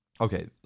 okay